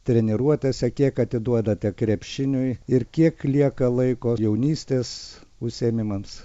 treniruotėse kiek atiduodate krepšiniui ir kiek lieka laiko jaunystės užsiėmimams